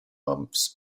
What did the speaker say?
months